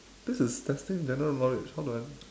this is testing general knowledge how do I